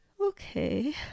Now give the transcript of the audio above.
okay